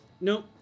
Nope